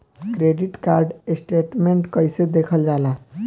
Credit card statement कइसे देखल जाला?